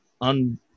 on